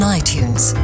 iTunes